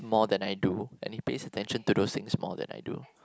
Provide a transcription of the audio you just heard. more than I do and he pays attention to those things more than I do